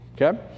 Okay